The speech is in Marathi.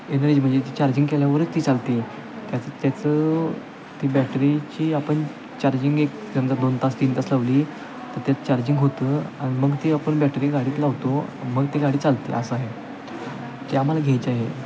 एनर्जी म्हणजे ती चार्जिंग केल्यावरच ती चालते त्याचं त्याचं ती बॅटरीची आपण चार्जिंग एक समजा दोन तास तीन तास लावली तर त्यात चार्जिंग होतं आणि मग ती आपण बॅटरी गाडीत लावतो मग ती गाडी चालते असं आहे ते आम्हाला घ्यायचे आहे